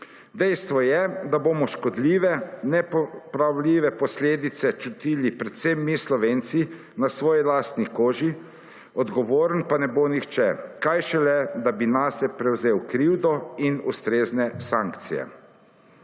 Dejstvo je, da bomo škodljive, nepopravljive posledice čutili predvsem mi Slovenci na svoji lastni koži, odgovoren pa ne bo nihče kaj šele, da bi nase prevzel krivdo in ustrezne sankcije.